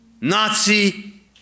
Nazi